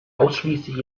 ausschließlich